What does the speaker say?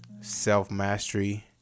self-mastery